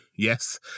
Yes